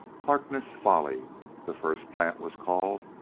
harkness folly the first plant was called.